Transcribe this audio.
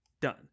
done